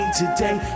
today